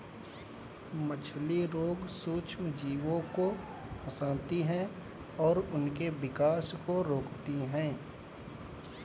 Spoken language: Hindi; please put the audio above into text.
मछली रोग सूक्ष्मजीवों को फंसाती है और उनके विकास को रोकती है